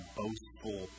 boastful